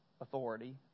authority